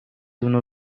اونو